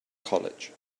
college